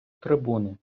трибуни